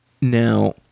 Now